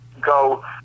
go